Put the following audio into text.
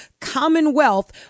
commonwealth